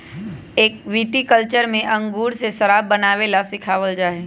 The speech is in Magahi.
विटीकल्चर में अंगूर से शराब बनावे ला सिखावल जाहई